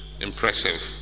impressive